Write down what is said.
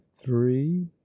three